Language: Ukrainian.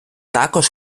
також